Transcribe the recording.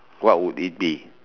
what would it be